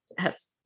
Yes